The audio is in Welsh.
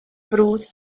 frwd